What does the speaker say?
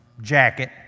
jacket